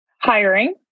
Hiring